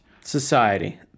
society